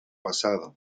pasado